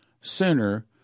sooner